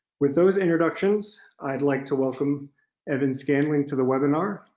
with those introductions i'd like to welcome evan scandling to the webinar.